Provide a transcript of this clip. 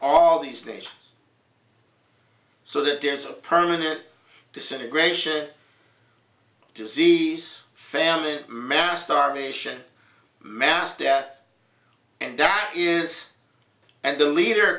all these things so that there's a permanent disintegration disease famine mass starvation mass death and that is and the leader